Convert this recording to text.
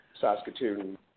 Saskatoon